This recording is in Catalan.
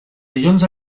dilluns